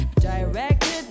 Directed